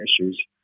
issues